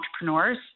entrepreneurs